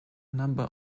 number